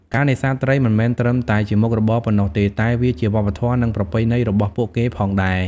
ការនេសាទត្រីមិនមែនត្រឹមតែជាមុខរបរប៉ុណ្ណោះទេ តែវាជាវប្បធម៌ និងប្រពៃណីរបស់ពួកគេផងដែរ។